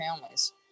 families